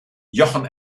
jochen